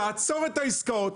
תעצור את העסקאות.